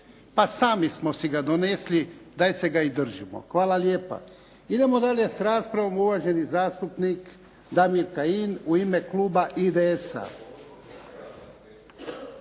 Pa sami smo si ga donesli, daj se ga i držimo. Hvala lijepa. Idemo dalje s raspravom. Uvaženi zastupnik Damir Kajin u ime kluba IDS-a